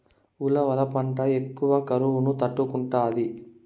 ఉలవల పంట ఎక్కువ కరువును తట్టుకుంటాది